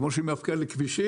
כפי שהיא מפקיעה לכבישים.